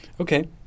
Okay